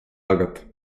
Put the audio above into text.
agat